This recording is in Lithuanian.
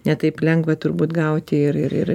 ne taip lengva turbūt gauti ir ir ir